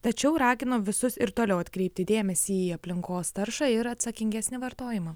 tačiau ragino visus ir toliau atkreipti dėmesį į aplinkos taršą ir atsakingesnį vartojimą